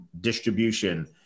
distribution